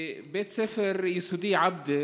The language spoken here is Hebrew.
בית הספר היסודי עבדה